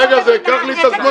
רגע, זה ייקח לי את הזמן.